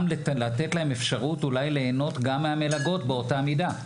לתת להם אפשרות אולי ליהנות גם מהמלגות באותה מידה.